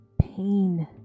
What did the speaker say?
pain